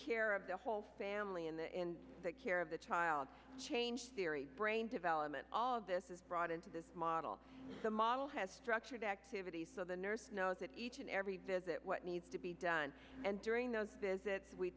care of the whole family in the care of the child change theory brain development all of this is brought into this model the model has structured activities so the nurse knows it each and every visit what needs to be done and during those visits we